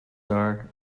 are